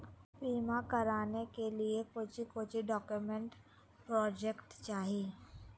बीमा कराने के लिए कोच्चि कोच्चि डॉक्यूमेंट प्रोजेक्ट चाहिए?